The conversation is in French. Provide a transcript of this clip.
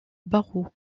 barreau